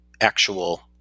actual